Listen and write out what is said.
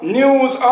news